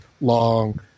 long